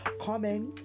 comment